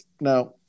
Now